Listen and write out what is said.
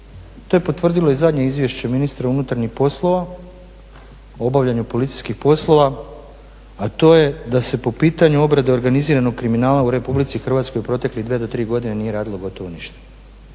to je potvrdilo i zadnje izvješće MUP-a o obavljanju policijskih poslova a to je da se po pitanju obrade organiziranog kriminala u RH u proteklih 2 do 3 godine nije radilo gotovo ništa